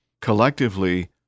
collectively